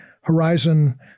horizon